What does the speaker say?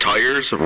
Tires